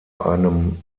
einem